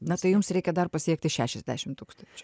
na tai jums reikia dar pasiekti šešiasdešim tūkstančių